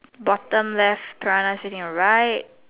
bottom left piranha sitting on the right